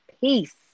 Peace